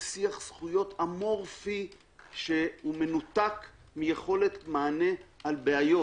שיח זכויות אמורפי שהוא מנותק מיכולת מענה על בעיות.